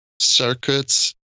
circuits